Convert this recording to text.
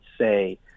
say